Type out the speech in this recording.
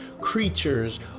creatures